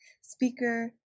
speaker